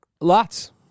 Lots